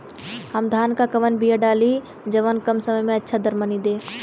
हम धान क कवन बिया डाली जवन कम समय में अच्छा दरमनी दे?